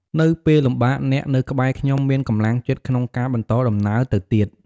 នៅពេលលំបាកអ្នកនៅក្បែរខ្ញុំមានកម្លាំងចិត្តក្នុងការបន្តដំណើរទៅទៀត។